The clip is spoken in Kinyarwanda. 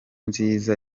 nziza